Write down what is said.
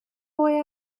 boy